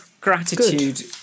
gratitude